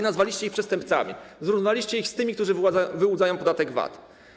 Nazwaliście ich przestępcami, zrównaliście ich z tymi, którzy wyłudzają podatek VAT.